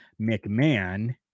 McMahon